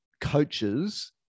coaches